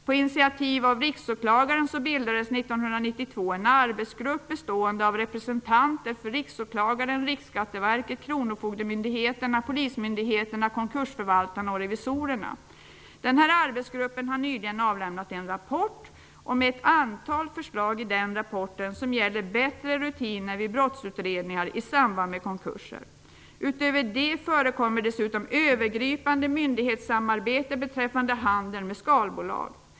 På initiativ av Riksåklagaren bildades 1992 en arbetsgrupp bestående av representanter för Riksåklagaren, Riksskatteverket, kronofogdemyndigheterna, polismyndigheterna, konkursförvaltarna och revisorerna. Arbetsgruppen har nyligen avlämnat en rapport som innehåller ett antal förslag för bättre rutiner vid brottsutredningar i samband med konkurser. Därutöver förekommer dessutom övergripande myndighetssamarbete beträffande handeln med skalbolag.